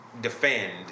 defend